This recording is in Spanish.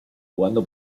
jugando